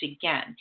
again